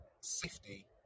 safety